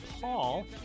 Paul